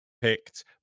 picked